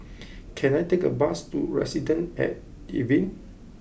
can I take a bus to Residences at Evelyn